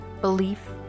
Belief